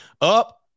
Up